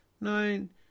Nine